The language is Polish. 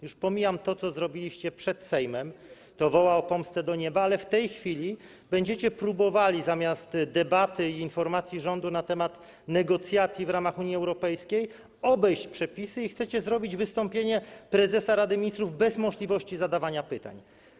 Już pomijam to, co zrobiliście przed Sejmem, co woła o pomstę do nieba, ale w tej chwili będziecie próbowali zamiast debaty i informacji rządu na temat negocjacji w ramach Unii Europejskiej obejść przepisy i zrobić wystąpienie prezesa Rady Ministrów bez możliwości zadawania pytań.